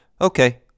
Okay